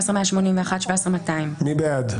16,861 עד 16,880. מי בעד?